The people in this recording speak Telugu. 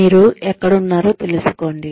మీరు ఎక్కడున్నారో తెలుసుకొండి